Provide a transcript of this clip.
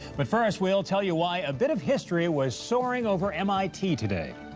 but first, we'll tell you why a bit of history was soaring over mit today.